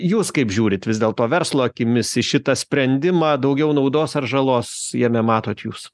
jūs kaip žiūrit vis dėlto verslo akimis į šitą sprendimą daugiau naudos ar žalos jame matot jūs